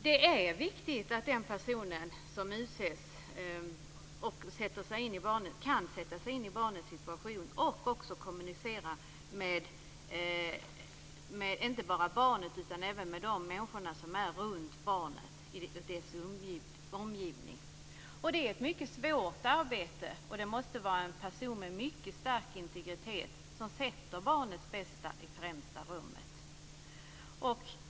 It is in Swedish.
Det är viktigt att den person som utses kan sätta sig in i barnets situation och också kommunicera med inte bara barnet utan också med de människor som finns i dess omgivning. Det är ett mycket svårt arbete, och det måste vara en person med mycket stark integritet som sätter barnet i främsta rummet.